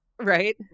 Right